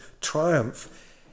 triumph